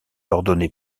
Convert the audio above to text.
ordonné